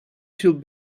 should